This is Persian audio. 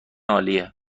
عالیه